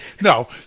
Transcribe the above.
no